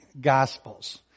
Gospels